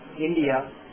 India